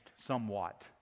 somewhat